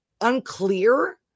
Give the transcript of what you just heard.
unclear